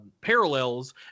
parallels